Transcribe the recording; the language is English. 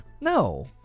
no